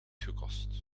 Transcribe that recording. gekost